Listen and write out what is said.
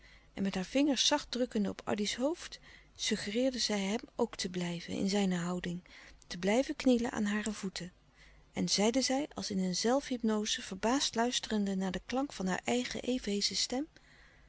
en met haar vingers zacht drukkende op addy's hoofd suggereerde zij hem ook te blijven in zijne houding te blijven knielen aan hare voeten en zeide zij als in een zelfhypnoze verbaasd luisterende naar den klank van haar eigen even heesche stem